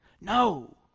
No